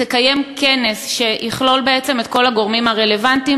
וכנס שיכלול בעצם את כל הגורמים הרלוונטיים,